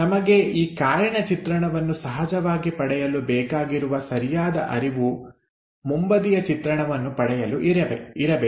ನಮಗೆ ಈ ಕಾರಿನ ಚಿತ್ರಣವನ್ನು ಪಡೆಯಲು ಸಹಜವಾಗಿ ಬೇಕಾಗಿರುವ ಸರಿಯಾದ ಅರಿವಿನಂತೆ ಮುಂಬದಿಯ ಚಿತ್ರಣವನ್ನು ಪಡೆಯಲು ಸಹ ಸಹಜವಾದ ಅರಿವು ಇರಬೇಕು